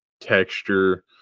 texture